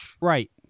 Right